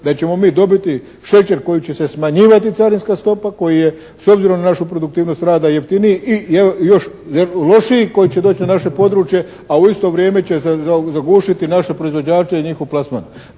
da ćemo mi dobiti šećer koji će se smanjivati carinska stopa, koji je s obzirom na našu produktivnost rada jeftiniji i još lošiji koji će doći na naše područje, a u isto vrijeme će zagušiti naše proizvođače i njihov plasman.